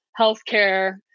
healthcare